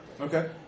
Okay